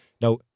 Now